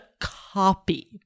copy